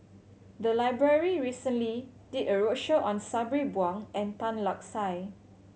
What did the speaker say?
the library recently did a roadshow on Sabri Buang and Tan Lark Sye